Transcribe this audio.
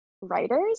writers